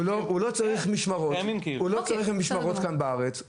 הוא לא צריך משמרות כאן בארץ.